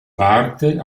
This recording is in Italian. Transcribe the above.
parte